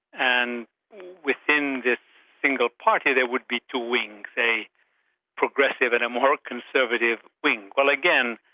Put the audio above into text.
and within this single party there would be two wings, a progressive and a more conservative wing. well again,